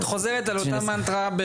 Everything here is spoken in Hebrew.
אורית, את חוזרת על אותה המנטרה.